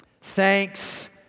thanks